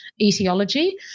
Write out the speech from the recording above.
etiology